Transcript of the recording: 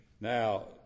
Now